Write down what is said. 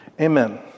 Amen